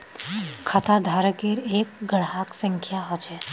खाताधारकेर एक ग्राहक संख्या ह छ